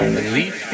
belief